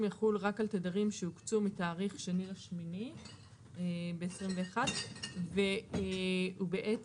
יחול רק על תדרים שהוקצו מתאריך 2/8/21 והוא בעצם,